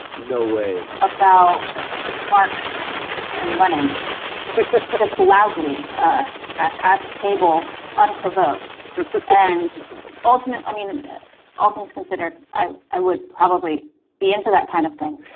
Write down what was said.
no way about marx and lenin just loudly ah at at the table unprovoked and like ultimately i mean all things considered and would probably be into that kind of thing.